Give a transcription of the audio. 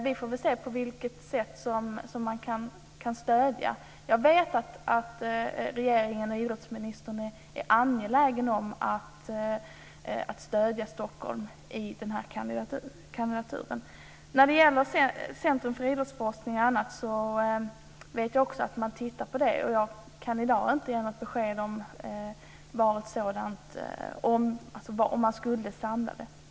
Vi får se på vilket sätt som man kan ge stöd. Jag vet att regeringen och idrottsministern är angelägna om att stödja Jag vet också att man tittar på Centrum för idrottsforskning. Jag kan i dag inte ge något besked om ifall man ska samla forskningen på ett ställe.